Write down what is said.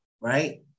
Right